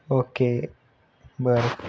okay बरं